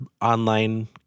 online